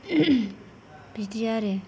बिदि आरो